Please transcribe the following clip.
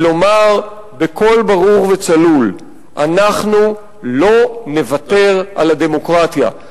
ולומר בקול ברור וצלול: אנחנו לא נוותר על הדמוקרטיה,